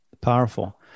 Powerful